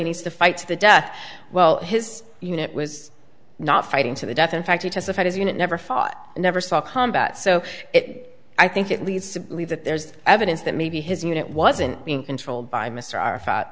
needs to fight to the death well his unit was not fighting to the death in fact he testified his unit never fought and never saw combat so it i think it leads to believe that there's evidence that maybe his unit wasn't being controlled by mr arafat